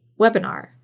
webinar